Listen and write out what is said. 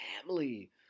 family